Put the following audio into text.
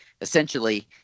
essentially